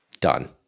done